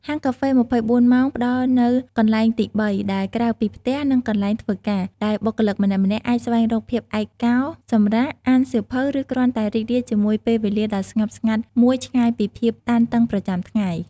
ហាងកាហ្វេ ២៤ ម៉ោងផ្តល់នូវ "កន្លែងទីបី" ដែលក្រៅពីផ្ទះ និងកន្លែងធ្វើការ ដែលបុគ្គលម្នាក់ៗអាចស្វែងរកភាពឯកោ សម្រាក អានសៀវភៅ ឬគ្រាន់តែរីករាយជាមួយពេលវេលាដ៏ស្ងប់ស្ងាត់មួយឆ្ងាយពីភាពតានតឹងប្រចាំថ្ងៃ។